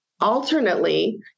Alternately